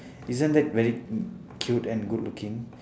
isn't that very cute and good looking